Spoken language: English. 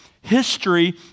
history